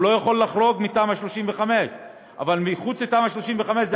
הוא לא יכול לחרוג מתמ"א 35. אבל מחוץ לתמ"א 35 זה